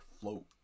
float